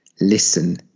listen